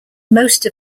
most